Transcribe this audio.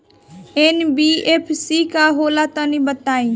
NBFC का होला तनि बताई?